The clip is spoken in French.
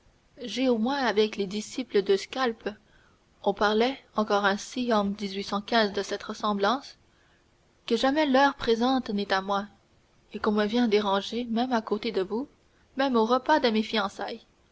j'ai au moins avec les disciples d'esculape on parlait encore ainsi en de cette ressemblance que jamais l'heure présente n'est à moi et qu'on me vient déranger même à côté de vous même au repas de mes fiançailles